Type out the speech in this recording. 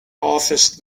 office